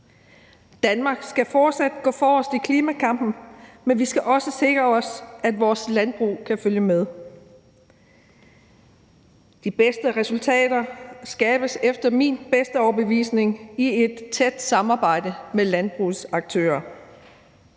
Danmark skal fortsat gå forrest i klimakampen, men vi skal også sikre os, at vores landbrug kan følge med. De bedste resultater skabes efter min bedste overbevisning i et tæt samarbejde med landbrugets aktører.